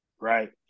right